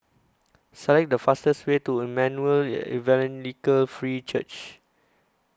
Select The fastest Way to Emmanuel Evangelical Free Church